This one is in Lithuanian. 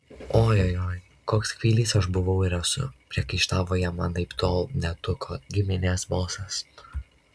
oi oi oi koks kvailys aš buvau ir esu priekaištavo jam anaiptol ne tuko giminės balsas